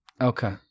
okay